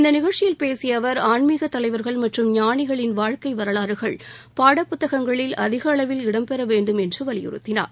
இந்த நிகழ்ச்சியில் பேசிய அவர் ஆன்மீக தலைவர்கள் மற்றும் ஞானிகளின் வாழ்க்கை வரலாறுகள் பாடப்புத்தகங்களில் அதிக அளவில் இடம்பெற வேண்டும் என்று வலியுறுத்தினார்